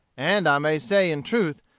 and i may say, in truth,